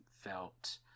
felt